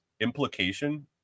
implication